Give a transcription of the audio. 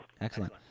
excellent